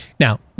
Now